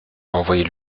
envoyer